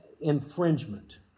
infringement